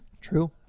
True